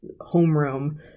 homeroom